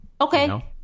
Okay